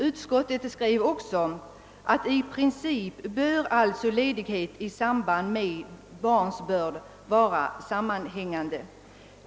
Utskottet skrev också att i princip bör ledighet i samband med barnsbörd vara sammanhängande.